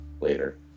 later